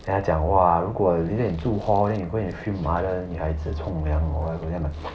then 他讲 !wah! 如果 you go and 住 hall then you go and film other 女孩子冲凉 or whatever then I'm like